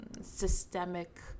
systemic